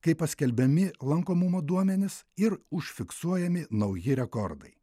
kai paskelbiami lankomumo duomenys ir užfiksuojami nauji rekordai